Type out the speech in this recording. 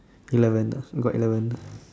eleven ah got eleven